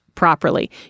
Properly